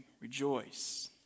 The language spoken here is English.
rejoice